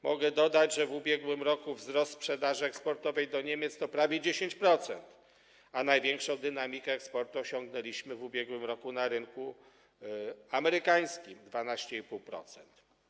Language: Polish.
Mogę dodać, że ubiegłym roku wzrost sprzedaży eksportowej do Niemiec to prawie 10%, a największą dynamikę eksportu osiągnęliśmy w ubiegłym roku na rynku amerykańskim - 12,5%.